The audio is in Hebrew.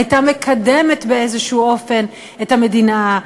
הייתה מקדמת באיזה אופן את המדינה,